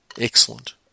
excellent